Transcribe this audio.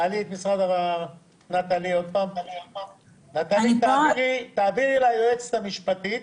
נטלי, תעבירי ליועצת המשפטית